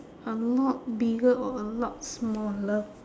a lot bigger or a lot smaller